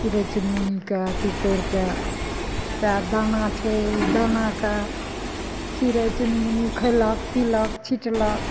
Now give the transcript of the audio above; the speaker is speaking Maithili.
चिड़य चुनमुनीके अथी करि कऽ पैदाना छै उ दानाके चिड़य चुनमुनी खयलक पिलक छिटलक